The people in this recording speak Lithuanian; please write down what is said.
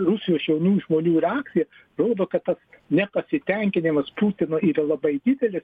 rusijos jaunų žmonių reakcija rodo kad tas nepasitenkinimas putino yra labai didelis